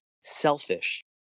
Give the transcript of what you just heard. selfish